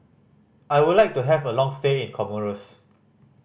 I would like to have a long stay in Comoros